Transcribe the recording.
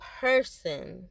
person